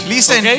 Listen